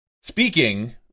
Speaking